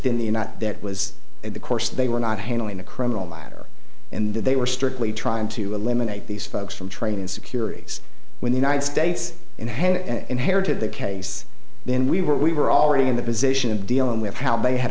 united that was the course they were not handling a criminal matter and that they were strictly trying to eliminate these folks from training securities when the united states in and hared to the case then we were we were already in the position of dealing with how they had